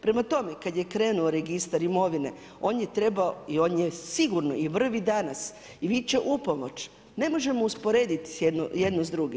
Prema tome, kad je krenuo registar imovine, on je trebao i on je sigurno i vrvi danas i viče „upomoć“, ne možemo usporediti jedno s drugim.